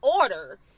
order